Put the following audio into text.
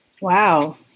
Wow